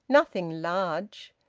nothing large!